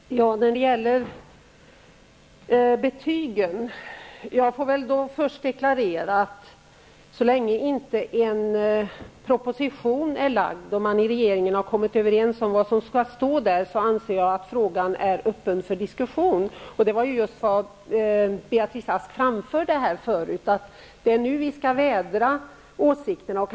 Herr talman! När det gäller betygen vill jag först deklarera att så länge det inte har lagts fram någon proposition och så länge regeringen inte är överens om vad den skall innehålla, anser jag att frågan är öppen för diskussion. Beatrice Ask framförde ju här tidigare att det är nu vi skall vädra åsikterna.